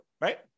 right